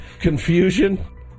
Confusion